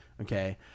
okay